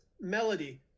melody